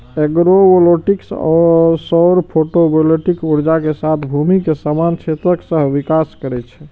agrovoltaics सौर photovoltaic ऊर्जा के साथ भूमि के समान क्षेत्रक सहविकास करै छै